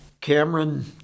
Cameron